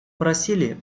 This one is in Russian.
просили